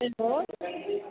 hello